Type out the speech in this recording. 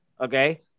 okay